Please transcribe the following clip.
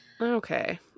Okay